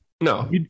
No